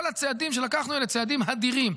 כל הצעדים שלקחנו אלה צעדים הדירים,